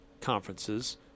conferences